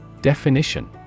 Definition